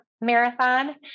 marathon